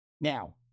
Now